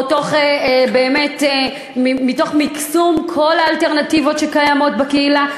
או שבאמת מתוך מקסום כל האלטרנטיבות שקיימות בקהילה?